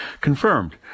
confirmed